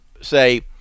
say